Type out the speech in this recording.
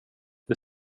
det